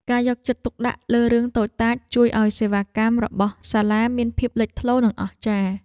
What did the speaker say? ការយកចិត្តទុកដាក់លើរឿងតូចតាចជួយឱ្យសេវាកម្មរបស់សាលាមានភាពលេចធ្លោនិងអស្ចារ្យ។